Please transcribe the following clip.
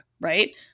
right